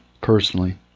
personally